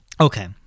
Okay